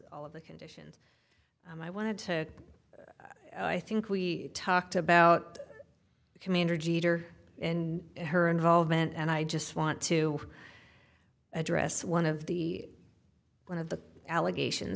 all of the conditions and i wanted to i think we talked about commander jeter and her involvement and i just want to address one of the one of the allegations